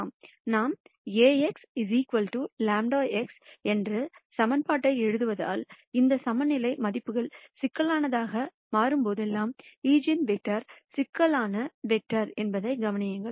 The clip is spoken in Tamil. நாம் Ax λ x என்ற சமன்பாட்டை எழுதுவதால் இந்த சமநிலை மதிப்புகள் சிக்கலானதாக மாறும்போதெல்லாம் ஈஜென்வெக்டர்களும் சிக்கலான வெக்டர் என்பதை கவனியுங்கள்